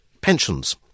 pensions